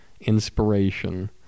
inspiration